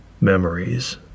Memories